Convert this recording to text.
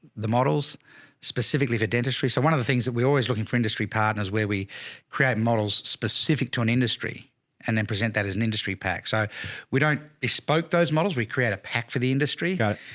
the models specifically for dentistry. so one of the things that we are always looking for industry partners where we create models specific to an industry and then present that as an industry pack. so we don't expose those models. we create a pack for the industry. got